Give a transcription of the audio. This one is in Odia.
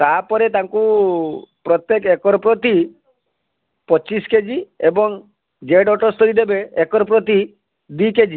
ତାପରେ ତାକୁ ପ୍ରତ୍ୟେକ ଏକର ପ୍ରତି ପଚିଶ କେଜି ଏବଂ ଜେଡ଼ ଅଠସ୍ତରୀ ଦେବେ ଏକର ପ୍ରତି ଦୁଇ କେଜି